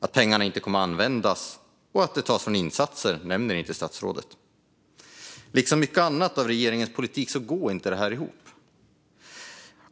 att pengarna inte kommer att användas och att det tas resurser från insatser nämner inte statsrådet. Liksom mycket annat i regeringens politik går detta inte ihop.